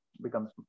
becomes